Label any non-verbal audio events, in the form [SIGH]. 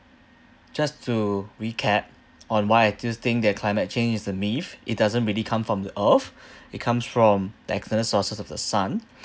just to recap on why I still think that climate change is a myth it doesn't really come from the earth [BREATH] it comes from the external sources of the sun